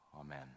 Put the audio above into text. Amen